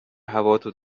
هواتو